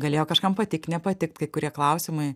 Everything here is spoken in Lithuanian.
galėjo kažkam patikt nepatikt kai kurie klausimai